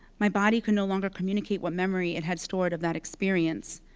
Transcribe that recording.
my body could no longer communicate what memory it had stored of that experience.